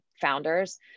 founders